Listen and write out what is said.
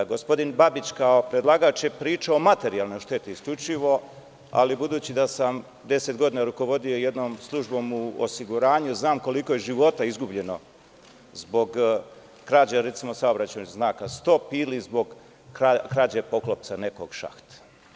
Gospodin Babić, kao predlagač, je pričao o materijalnoj šteti isključivo, ali budući da sam 10 godina rukovodio jednom službom u osiguranju, znam koliko je života izgubljeno zbog krađe, recimo, saobraćajnog znaka „stop“, ili zbog krađe poklopca nekog šahta.